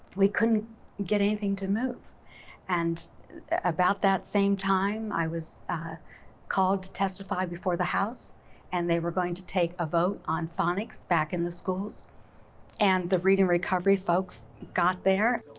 we couldn't get anything to move and about that same time i was ah called to testify before the house and they were going to take a vote on phonics back in the schools and the reading recovery folks got there.